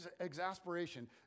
exasperation